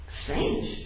strange